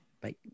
Bye